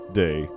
day